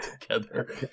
together